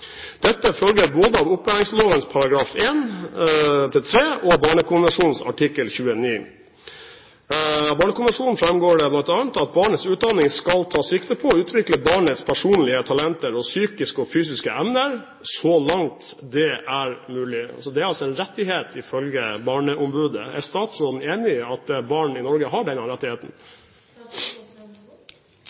Dette følger både av opplæringslovens § 1-3 og Barnekonvensjonen artikkel 29. Av Barnekonvensjonen artikkel 29 fremgår det blant annet at barnets utdanning skal ta sikte på «å utvikle barnets personlighet, talenter og psykiske og fysiske evner så langt det er mulig»». Det er altså en rettighet ifølge Barneombudet. Er statsråden enig i at barn i Norge har denne rettigheten?